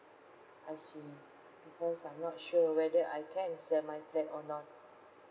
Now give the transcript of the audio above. I see because I'm not sure whether I can sell my flat or not